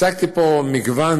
הצגתי פה מגוון